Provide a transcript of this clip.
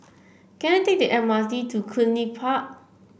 can I take the M R T to Cluny Park